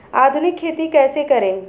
आधुनिक खेती कैसे करें?